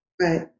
Right